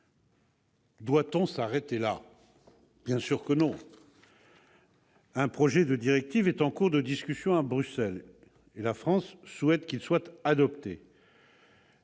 Doit-on s'arrêter là ? Bien sûr que non ! Un projet de directive est en cours de discussion à Bruxelles. La France souhaite qu'il soit adopté.